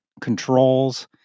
controls